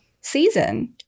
season